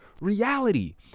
reality